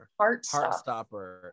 Heartstopper